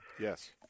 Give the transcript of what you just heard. Yes